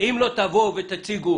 אין פה עבדים.